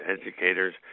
educators